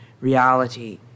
reality